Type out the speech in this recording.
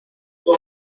ils